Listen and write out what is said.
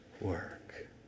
work